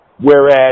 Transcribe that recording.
Whereas